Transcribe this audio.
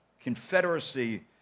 confederacy